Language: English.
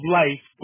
life